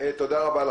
תודה רבה.